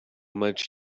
much